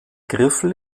griffel